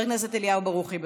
מס' 1245,